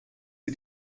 sie